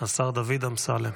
השר דוד אמסלם.